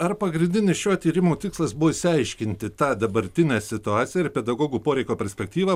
ar pagrindinis šio tyrimo tikslas buvo išsiaiškinti tą dabartinę situaciją ir pedagogų poreikio perspektyvą